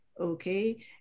Okay